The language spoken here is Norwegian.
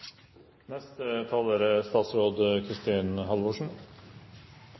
Neste taler er